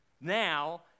Now